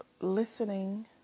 listening